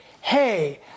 hey